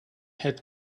had